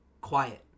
quiet